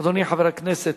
אדוני, חבר הכנסת